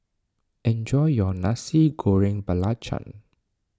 enjoy your Nasi Goreng Belacan